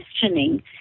questioning